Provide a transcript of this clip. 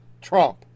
Trump